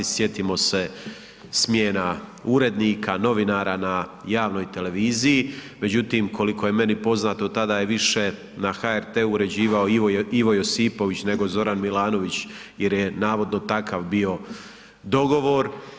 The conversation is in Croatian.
Sjetimo se smjena urednika, novinara na javnoj televiziji međutim koliko je meni poznato tada je više na HRT uređivao Ivo Josipović nego Zoran Milanović jer je navodno takav bio dogovor.